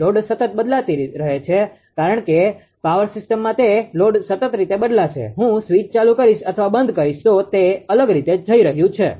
load સતત રીતે બદલાતો રહે છે કારણ કે પાવર સિસ્ટમમાં તે લોડ સતત રીતે બદલાશે હું સ્વીચ ચાલુ કરીશ અથવા બંધ કરીશ તો તે અલગ રીતે જઈ રહ્યું છે